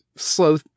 slow